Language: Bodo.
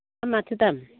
हा माथो दाम